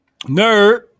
Nerd